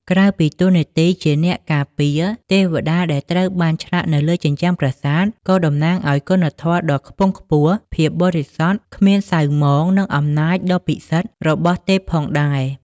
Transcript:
ក្រៅពីតួនាទីជាអ្នកការពារ ទេវតាដែលត្រូវបានឆ្លាក់នៅលើជញ្ជាំងប្រាសាទក៏តំណាងឲ្យ គុណធម៌ ដ៏ខ្ពង់ខ្ពស់ ភាពបរិសុទ្ធ គ្មានសៅហ្មង និង អំណាចដ៏ពិសិដ្ឋ របស់ទេពផងដែរ។